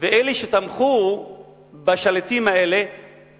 ואלה שתמכו בשליטים האלה